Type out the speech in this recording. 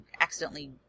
accidentally